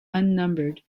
unnumbered